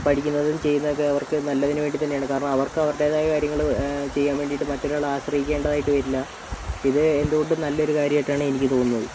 പഠിക്കുന്നതും ചെയ്യുന്നതും ഒക്കെ അവർക്ക് നല്ലതിന് വേണ്ടി തന്നെയാണ് കാരണം അവർക്ക് അവരുടേതായ കാര്യങ്ങൾ ചെയ്യാൻ വേണ്ടിയിട്ട് മറ്റൊരാളെ ആശ്രയിക്കേണ്ടതായിട്ട് വരില്ല ഇത് എന്തുകൊണ്ടും നല്ലൊരു കാര്യമായിട്ടാണ് എനിക്ക് തോന്നുന്നത്